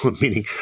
meaning